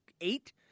eight